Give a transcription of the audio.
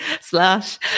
slash